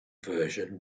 version